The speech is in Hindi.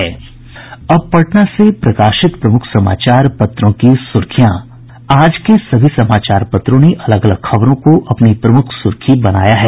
अब पटना से प्रकाशित प्रमुख समाचार पत्रों की सुर्खियां आज के सभी समाचार पत्रों ने अलग अलग खबरों को अपनी प्रमुख सुर्खी बनाया है